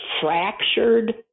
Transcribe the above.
fractured